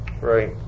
right